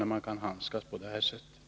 Jag tackar ännu en gång för svaret.